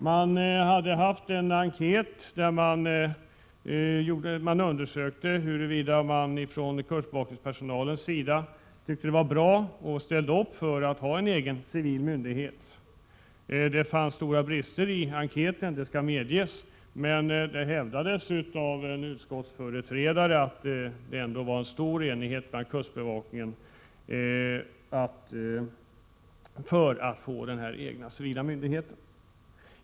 Det hade gjorts en enkät, där det undersöktes huruvida kustbevakningspersonalen tyckte att det var bra att ha en egen civil myndighet och ställde upp för det. Det fanns stora brister i enkäten, det skall medges, men en utskottsföreträdare hävdade att det ändå var stor enighet bland kustbevakningens personal om att få denna egna civila myndighet.